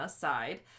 side